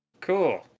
cool